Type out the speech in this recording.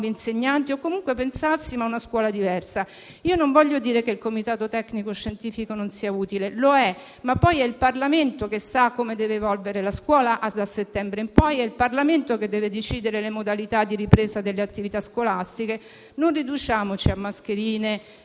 insegnanti e pensare a una scuola diversa. Non voglio dire che il comitato tecnico-scientifico non sia utile - lo è - ma è poi il Parlamento che sa come deve evolvere la scuola da settembre in poi e decidere le modalità di ripresa delle attività scolastiche. Non riduciamoci a mascherine,